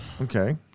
Okay